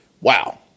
Wow